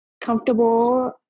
comfortable